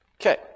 Okay